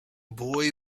boy